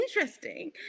interesting